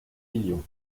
millions